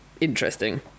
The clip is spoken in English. interesting